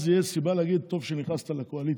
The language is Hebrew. אז תהיה סיבה להגיד שטוב שנכנסת לקואליציה,